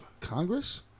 Congress